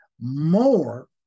more